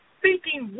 speaking